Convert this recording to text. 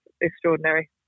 extraordinary